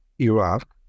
Iraq